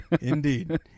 Indeed